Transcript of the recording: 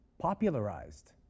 popularized